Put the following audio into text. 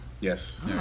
Yes